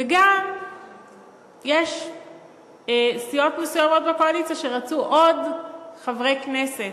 וגם יש סיעות מסוימות בקואליציה שרצו עוד חברי כנסת.